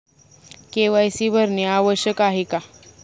KYC भरणे आवश्यक आहे का?